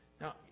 Now